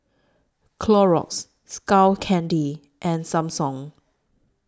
Clorox Skull Candy and Samsung